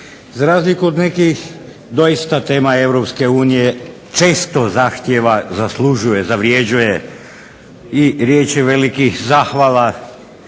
Za razliku od nekih doista tema EU često zahtijeva, zaslužuje, zavrjeđuje i riječi velikih zahvala